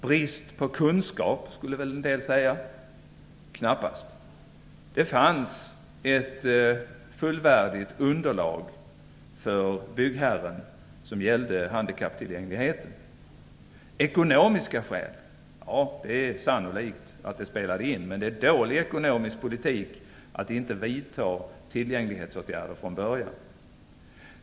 Brist på kunskap, skulle väl en del säga. Knappast. Det fanns ett fullvärdigt underlag för byggherren, som gällde handikapptillgängligheten. Var det av ekonomiska skäl? Ja, det är sannolikt att sådana spelade in, men det är en dålig ekonomisk politik att inte vidta tillgänglighetsåtgärder från början.